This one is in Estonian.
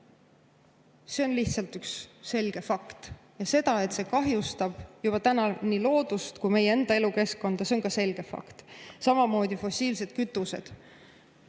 –, on lihtsalt üks selge fakt. Ja see, et see kahjustab juba nii loodust kui ka meie enda elukeskkonda, on ka selge fakt. Samamoodi fossiilsed kütused.